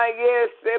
yes